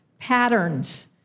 patterns